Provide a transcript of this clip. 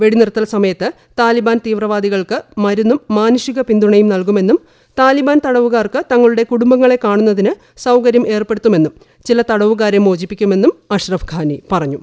വെടിനിർത്തൽ സ്ഥമിയത്ത് താലിബാൻ തീവ്രവാദികൾക്ക് മരുന്നും മാനുഷിക പ്പിന്തുണയും നൽകുമെന്നും താലിബാൻ തടവുകാർക്ക് തങ്ങളുടെ ്കുടുംബങ്ങളെ കാണുന്നതിന് സൌകര്യം ഏർപ്പെടുത്തുമെന്നും ചില തടവുകാരെ മോചിപ്പിക്കുമെന്നും അഷ്റഫ്ഘാനി പറഞ്ഞു